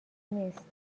نیست